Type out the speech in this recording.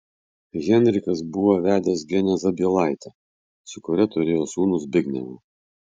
henrikas buvo vedęs genę zabielaitę su kuria turėjo sūnų zbignevą